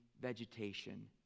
vegetation